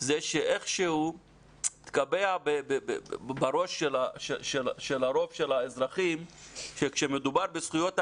זה שאיכשהו התקבע בראש של הרוב של האזרחים שכשמדובר בזכויות האדם,